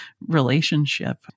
relationship